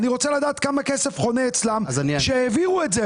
אני רוצה לדעת כמה כסף חונה אצלם שהעבירו את זה,